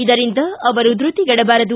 ಇದರಿಂದ ಅವರು ಧೃತಿಗೆಡಬಾರದು